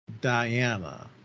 Diana